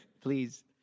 please